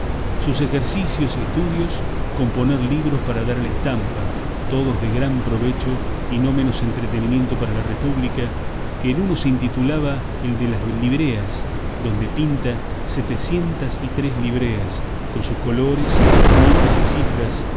sus ejercicios y estudios componer libros para dar a la estampa todos de gran provecho y no menos entretenimiento para la república que el uno se intitulaba el de las libreas donde pinta setecientas y tres libreas con sus colores motes y cifras